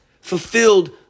fulfilled